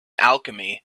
alchemy